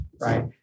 right